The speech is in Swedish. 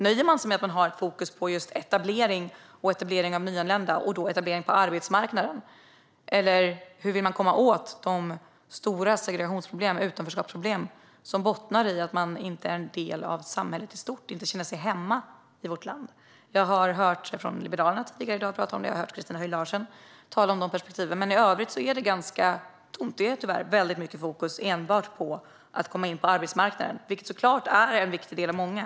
Nöjer man sig med att man har fokus på just etablering av nyanlända, och då etablering på arbetsmarknaden? Hur vill man komma åt de stora segregationsproblem, utanförskapsproblem, som bottnar i att människor inte är en del av samhället i stort och att de inte känner sig hemma i vårt land? Jag har hört Liberalerna tidigare i dag prata om detta. Jag har hört Christina Höj Larsen tala om de perspektiven. Men i övrigt är det ganska tomt. Det är tyvärr väldigt mycket fokus enbart på att man ska komma in på arbetsmarknaden. Det är såklart en viktig del av många.